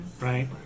right